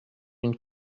une